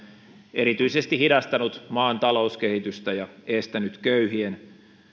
erityisesti hidastaa maan talouskehitystä ja estää köyhien